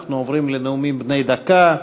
ואנחנו עוברים לנאומים בני דקה.